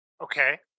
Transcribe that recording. Okay